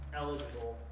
eligible